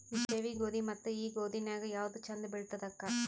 ಜವಿ ಗೋಧಿ ಮತ್ತ ಈ ಗೋಧಿ ನ್ಯಾಗ ಯಾವ್ದು ಛಂದ ಬೆಳಿತದ ಅಕ್ಕಾ?